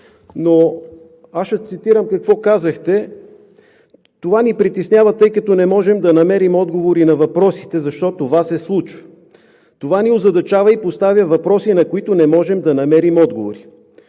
но аз ще цитирам какво казахте: „Това ни притеснява, тъй като не можем да намерим отговори на въпросите защо това се случва. Това ни озадачава и поставя въпроси, на които не можем да намерим отговори.“